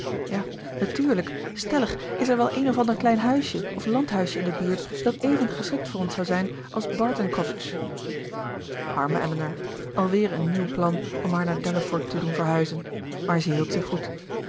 ja natuurlijk stellig is er wel een of ander klein huisje of landhuisje in de buurt dat even geschikt voor ons zou zijn als barton cottage arme elinor alweer een nieuw plan om haar naar delaford te doen verhuizen maar zij hield